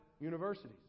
universities